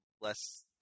less